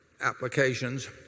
applications